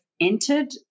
entered